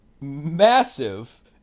massive